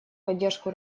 поддержку